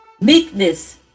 meekness